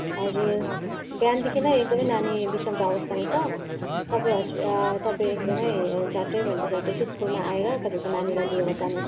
हजुर बिहानदेखि नै एकदमै नानी बिसन्चो अवस्थामा छ तपाईँ तपाईँ एकदमै झट्टैभन्दा झट्टै चाहिँ स्कुलमा आएर तपाईँको नानीलाई लिएर जानुहोस्